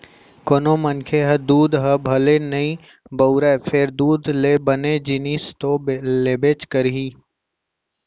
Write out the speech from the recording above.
कोनों मनखे ह दूद ह भले नइ बउरही फेर दूद ले बने जिनिस तो लेबेच करही